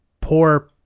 poor